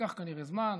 ייקח כנראה זמן,